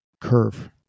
curve